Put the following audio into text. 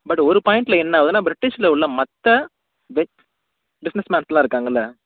but ஒரு பாயிண்டில் என்ன ஆவுதுனா பிரிட்டிஷில் உள்ள மற்ற பிரிட் பிஸ்னஸ்மேன்ஸ்லாம் இருக்காங்கள்ல